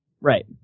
Right